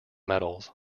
medals